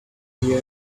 here